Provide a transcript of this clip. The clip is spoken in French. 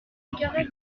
équipée